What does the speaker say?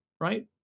right